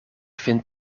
vind